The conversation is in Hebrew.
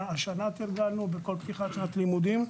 השנה תרגלנו בכל פתיחת שנת לימודים.